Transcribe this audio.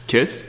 Kiss